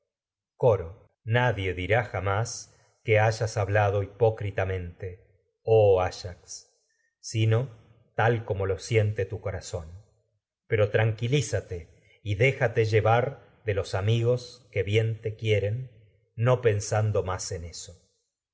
coro nadie dirá jamás que hayas hablado hipó cora critamente oh ayax sino tal zón como lo siente tu pero tranquilízate no y déjate llevar en de los amigos que bien te quieren pensando más mío no eso